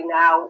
now